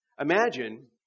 Imagine